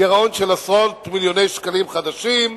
גירעון של עשרות מיליוני שקלים חדשים.